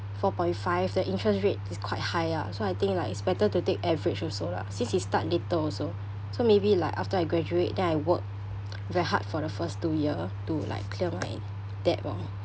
four point five the interest rate is quite high ah so I think like it's better to take average also lah since it start later also so maybe like after I graduate then I work very hard for the first two year to like clear my debt lor ya